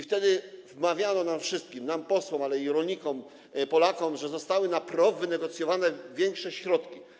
Wtedy wmawiano nam wszystkim, posłom, ale i rolnikom, Polakom, że na PROW wynegocjowano większe środki.